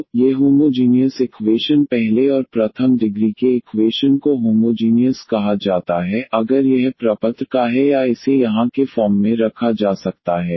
तो ये homogeneous equation पहले ऑर्डर और प्रथम डिग्री के डिफरेंशियल इक्वेशन को होमोजीनियस कहा जाता है अगर यह प्रपत्र का है या इसे यहाँ के फॉर्म में रखा जा सकता है